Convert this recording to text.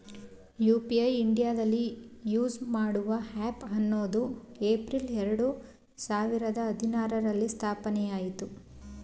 UPI ಇಂಡಿಯಾದಲ್ಲಿ use ಮಾಡುವ ಹ್ಯಾಪ್ ಹನ್ನೊಂದು ಏಪ್ರಿಲ್ ಎರಡು ಸಾವಿರದ ಹದಿನಾರುರಲ್ಲಿ ಸ್ಥಾಪನೆಆಯಿತು